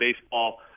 baseball